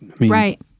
Right